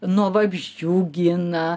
nuo vabzdžių gina